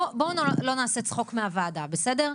בואו לא נעשה צחוק מהוועדה, בסדר?